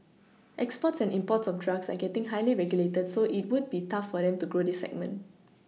exports and imports of drugs are getting highly regulated so it would be tough for them to grow this segment